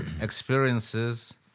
experiences